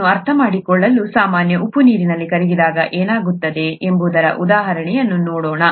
ಅದನ್ನು ಅರ್ಥಮಾಡಿಕೊಳ್ಳಲು ಸಾಮಾನ್ಯ ಉಪ್ಪು ನೀರಿನಲ್ಲಿ ಕರಗಿದಾಗ ಏನಾಗುತ್ತದೆ ಎಂಬುದರ ಉದಾಹರಣೆಯನ್ನು ನೋಡೋಣ